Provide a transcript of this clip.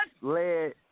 led